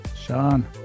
Sean